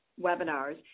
webinars